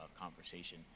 conversation